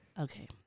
Okay